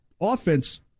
offense